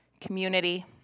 community